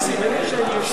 אני אדבר אתך אחר כך.